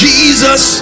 Jesus